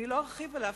אני לא ארחיב עליו,